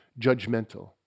judgmental